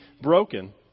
broken